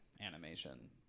animation